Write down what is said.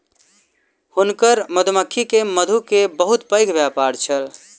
हुनकर मधुमक्खी के मधु के बहुत पैघ व्यापार छल